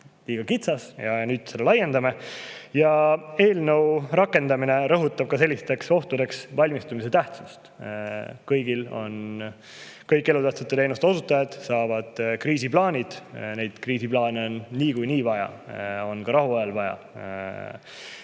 liiga kitsas ja nüüd seda laiendame. Eelnõu rakendamine rõhutab ka sellisteks ohtudeks valmistumise tähtsust. Kõik elutähtsate teenuste osutajad saavad kriisiplaanid. Neid kriisiplaane on niikuinii vaja, on ka rahuajal vaja.